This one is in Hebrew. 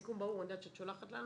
סיכום, ברור, אני יודעת שאת שולחת לנו,